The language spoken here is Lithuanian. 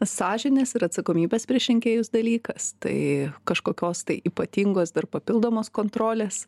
sąžinės ir atsakomybės prieš rinkėjus dalykas tai kažkokios tai ypatingos dar papildomos kontrolės